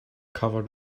covered